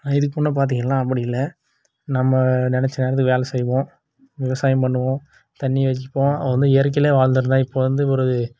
இதுக்கு முன்னே பார்த்திங்கள்னா அப்படி இல்லை நம்ம நினச்ச நேரத்துக்கு வேலை செய்வோம் விவசாயம் பண்ணுவோம் தண்ணி வச்சுப்போம் அது வந்து இயற்கையிலேயே வாழ்ந்திருந்தோம் இப்போ வந்து ஒரு